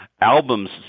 albums